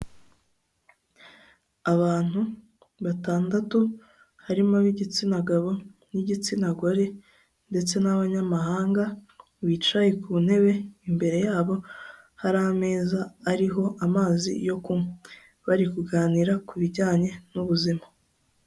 Abantu batandatu harimo ab'igitsina gabo n'igitsina gore ndetse n'abanyamahanga bicaye ku ntebe, imbere yabo hari ameza ariho amazi yo kunywa, bari kuganira ku bijyanye n'ubuzima.